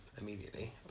immediately